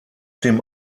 dem